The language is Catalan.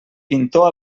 pintor